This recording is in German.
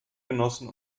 genossen